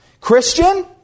Christian